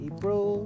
April